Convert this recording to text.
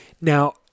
Now